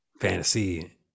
Fantasy